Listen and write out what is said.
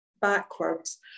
backwards